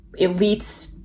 elites